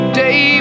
day